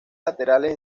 laterales